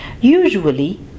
Usually